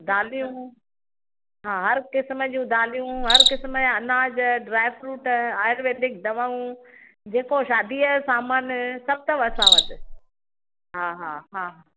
दालियूं हा हर क़़िस्म जूं दालियूं हर क़़िस्म जा अनाज ड्राई फ्रुट आयुर्वेदिक दवाऊं जेको शादीअ जो सामानु सभु अथव असां वटि हा हा हा